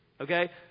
Okay